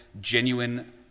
genuine